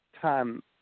time